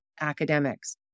academics